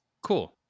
Cool